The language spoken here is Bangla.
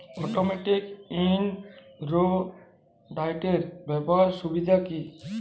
অটোমেটিক ইন রো উইডারের ব্যবহারের সুবিধা কি?